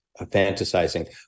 fantasizing